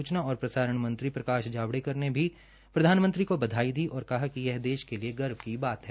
सूचना और प्रसारण मंत्री प्रकाश जावड़ेकर ने भी प्रधानमंत्री को बधाई दी और कहा कि देश के लिए यह गर्व की बात है